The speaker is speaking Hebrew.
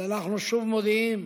אז אנחנו שוב מודיעים: